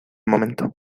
momento